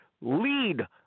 lead